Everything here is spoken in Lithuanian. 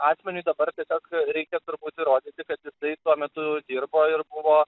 asmeniui dabar tiesiog reikia turbūt įrodyti kad jisai tuo metu dirbo ir buvo